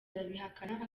arabihakana